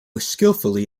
skillfully